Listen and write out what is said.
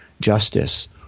justice